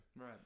Right